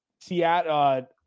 Seattle